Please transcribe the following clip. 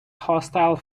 hostile